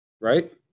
Right